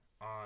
on